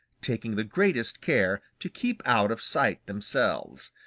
taking the greatest care to keep out of sight themselves.